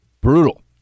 brutal